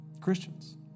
Christians